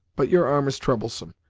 but your arm is troublesome,